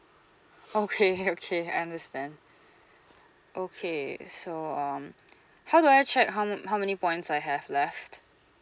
okay okay I understand okay so um how do I check how man~ how many points I have left